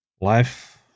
life